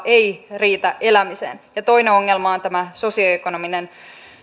ei riitä elämiseen toinen ongelma on sosioekonominen